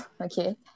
Okay